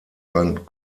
ein